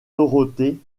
dorothée